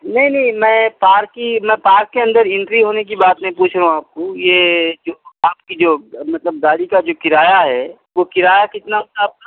نہیں نہیں میں پارک کی میں پارک کے اندر انٹری ہونے کی بات نہیں پوچھ رہا ہوں آپ کو یہ جو آپ کی جو مطلب گاڑی کا جو کرایہ ہے وہ کرایہ کتنا ہوگا آپ کا